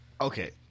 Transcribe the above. Okay